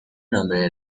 nombre